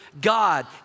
God